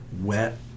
wet